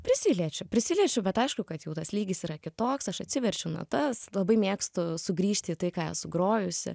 prisiliečiu prisiliečiu bet aišku kad jau tas lygis yra kitoks aš atsiverčiu natas labai mėgstu sugrįžti į tai ką esu grojusi